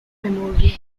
memorial